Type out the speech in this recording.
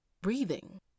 breathing